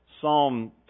Psalm